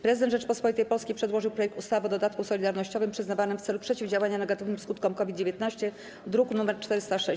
Prezydent Rzeczypospolitej Polskiej przedłożył projekt ustawy o dodatku solidarnościowym przyznawanym w celu przeciwdziałania negatywnym skutkom COVID-19, druk nr 406.